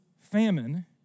famine